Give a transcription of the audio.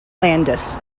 landis